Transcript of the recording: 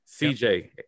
CJ